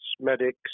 medics